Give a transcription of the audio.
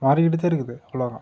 மாறிக்கிட்டு தான் இருக்குது உலகம்